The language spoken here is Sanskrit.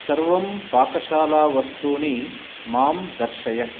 सर्वं पाकशाला वस्तूनि मां दर्शय